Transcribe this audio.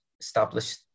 established